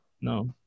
No